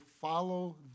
follow